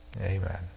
Amen